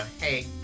hey